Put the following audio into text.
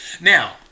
Now